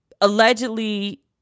allegedly